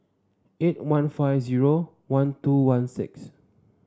eight one five zero one two one six